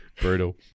brutal